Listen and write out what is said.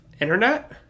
internet